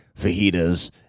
fajitas